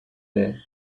there